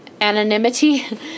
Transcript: anonymity